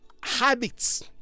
habits